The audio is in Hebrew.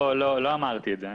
לא אמרתי את זה.